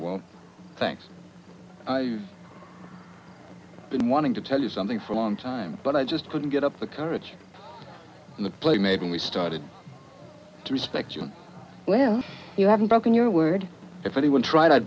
won't thanks i been wanting to tell you something for a long time but i just couldn't get up the courage in the play maybe we started to respect you well you haven't broken your word if anyone tried